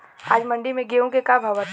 आज मंडी में गेहूँ के का भाव बाटे?